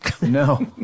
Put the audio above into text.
No